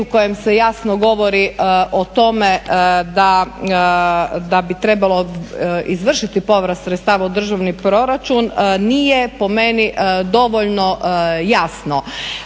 u kojem se jasno govori o tome da bi trebalo izvršiti povrat sredstava u državni proračun, nije po meni dovoljno jasno.